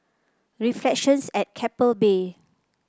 reflections at Keppel Bay